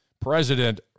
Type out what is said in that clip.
President